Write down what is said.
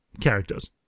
characters